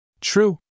True